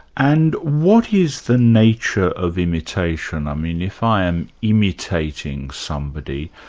and what is the nature of imitation? i mean if i am imitating somebody,